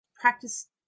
Practice